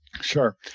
Sure